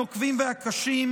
הנוקבים והקשים,